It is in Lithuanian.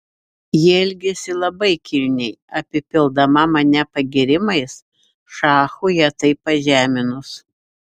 ji elgėsi labai kilniai apipildama mane pagyrimais šachui ją taip pažeminus